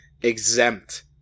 exempt